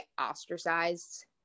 ostracized